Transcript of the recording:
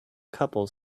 couple